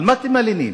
על מה אתם מלינים?